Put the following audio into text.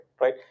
right